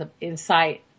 Insight